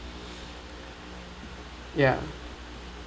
ya